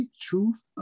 truth